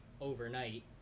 overnight